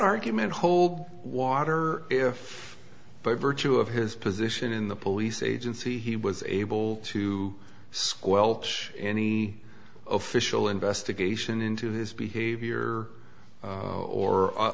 argument hold water if by virtue of his position in the police agency he was able to squelch any official investigation into his behavior